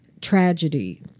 tragedy